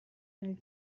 nel